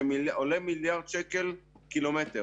שעולה מיליארד שקלים לקילומטר